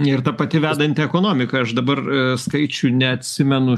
ir ta pati vedanti ekonomika aš dabar skaičių neatsimenu